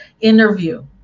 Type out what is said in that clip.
interview